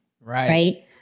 Right